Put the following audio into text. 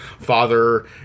father